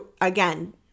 again